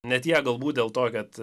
ne tiek galbūt dėl to kad